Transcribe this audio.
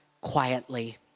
quietly